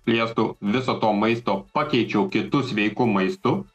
plėstų viso to maisto pakeičiau kitu sveiku maistu